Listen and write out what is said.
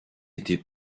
été